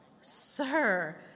Sir